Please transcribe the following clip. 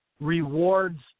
rewards